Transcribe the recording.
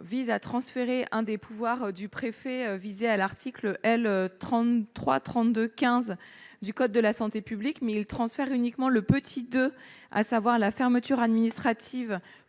vise à transférer un des pouvoirs du préfet visées à l'article L. 33 32 15 du code de la santé publique 1000 transferts uniquement le petit 2, à savoir la fermeture administrative